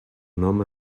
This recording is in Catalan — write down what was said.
nom